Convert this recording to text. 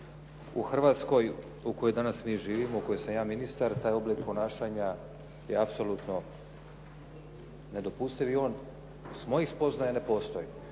U Hrvatskoj u kojoj mi danas živimo, u kojoj sam ja ministar taj oblik ponašanja je apsolutno nedopustiv i on s mojih spoznaja ne postoji.